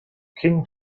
king